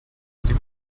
sie